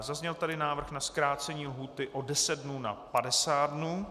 Zazněl tady návrh na zkrácení lhůty o 10 dnů na 50 dnů.